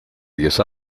diez